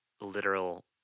literal